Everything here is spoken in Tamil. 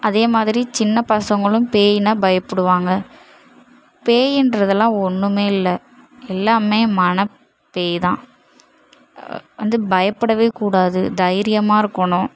அதே மாதிரி சின்ன பசங்களும் பேயின்னா பயப்பிடுவாங்க பேயின்றதுலாம் ஒன்றுமே இல்லை எல்லாமே மனப் பேய் தான் வந்து பயப்படவே கூடாது தைரியமாக இருக்கனும்